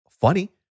Funny